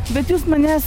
bet jūs manęs